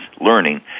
learning